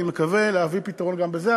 אני מקווה להביא פתרון גם לזה,